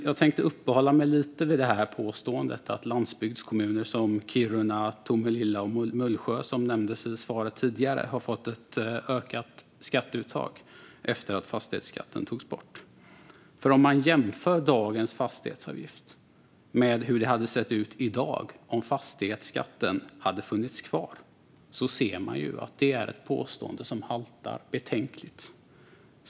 Jag tänkte uppehålla mig lite vid påståendet att landsbygdskommuner som Kiruna, Tomelilla och Mullsjö, som nämndes i svaret, har fått ett ökat skatteuttag efter att fastighetsskatten togs bort. Om man jämför dagens fastighetsavgift med hur det hade sett ut i dag om fastighetsskatten funnits kvar ser man att det är ett påstående som haltar betänkligt.